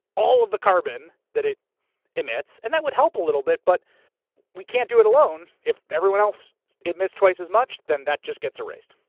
all of the carbon that it emits, and that would help a little bit, but we can't do it alone. if everyone else emits twice as much, then that just gets erased,